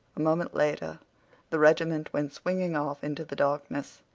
a moment later the regiment went swinging off into the darkness.